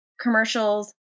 commercials